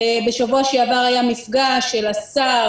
בשבוע שעבר היה מפגש של השר,